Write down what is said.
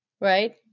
Right